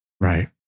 Right